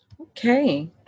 Okay